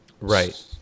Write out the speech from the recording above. Right